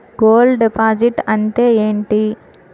Gold deposit అంతే ఎంటి?